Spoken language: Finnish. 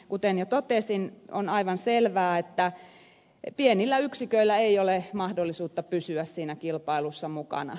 kuten jo totesin on aivan selvää että pienillä yksiköillä ei ole mahdollisuutta pysyä siinä kilpailussa mukana